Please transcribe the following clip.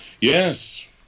Yes